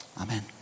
Amen